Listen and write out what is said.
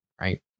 right